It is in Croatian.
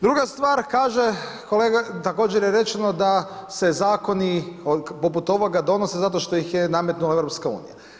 Druga stvar, kaže kolega također je rečeno da se zakoni poput ovoga donose zato što ih ne nametnula EU.